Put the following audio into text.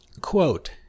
Quote